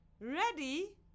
Ready